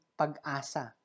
pag-asa